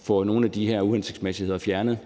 får nogle af de her uhensigtsmæssigheder fjernet.